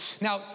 Now